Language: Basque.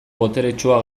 boteretsua